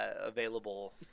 available